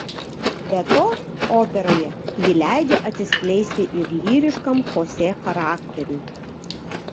be to operoje ji leidžia atsiskleisti ir lyriškam chosė charakteriui